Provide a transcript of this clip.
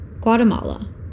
Guatemala